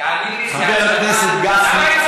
ואילת הולכת להיסגר.